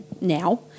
now